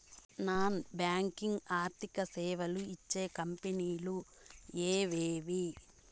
Non banking ఆర్థిక సేవలు ఇచ్చే కంపెని లు ఎవేవి?